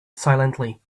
silently